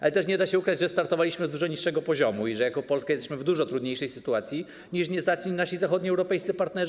Ale też nie da się ukryć, że startowaliśmy z dużo niższego poziomu i że jako Polska jesteśmy w dużo trudniejszej sytuacji niż nasi zachodnioeuropejscy partnerzy.